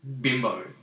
bimbo